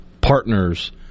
partners